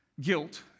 guilt